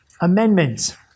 Amendments